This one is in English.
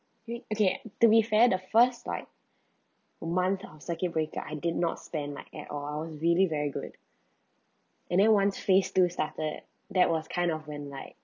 you okay to be fair the first like the month of circuit breaker I did not spend like at all really very good and then once phase two started that was kind of when like